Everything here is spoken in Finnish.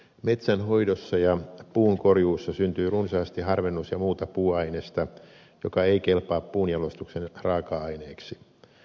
metsänhoidossa ja puunkorjuussa syntyy runsaasti harvennus ja muuta puuainesta joka ei kelpaa puunjalostuksen raaka aineeksi